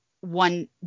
one